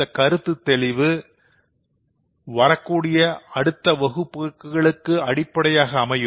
இந்த கருத்து தெளிவு வரக்கூடிய அடுத்த வகுப்புகளுக்கு அடிப்படையாக அமையும்